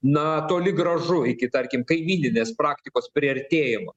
na toli gražu iki tarkim kaimyninės praktikos priartėjimo